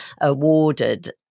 awarded